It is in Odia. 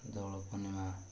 ଦୋଳ ପୂର୍ଣ୍ଣିମା